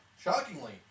Shockingly